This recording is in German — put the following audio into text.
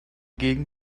gegen